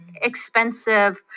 expensive